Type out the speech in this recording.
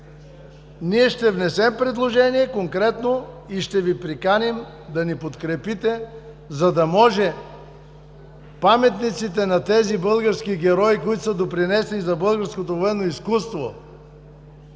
ние ще внесем конкретно предложение и ще Ви приканим да ни подкрепите, за да може паметниците на тези български герои, които са допринесли за българското военно изкуство